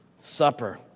Supper